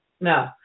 No